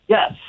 Yes